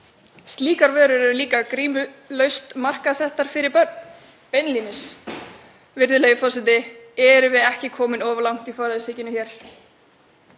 Slíkar vörur eru líka grímulaust markaðssettar fyrir börn, beinlínis. Virðulegi forseti. Erum við ekki komin of langt í forræðishyggju hér?